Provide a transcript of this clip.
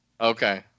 Okay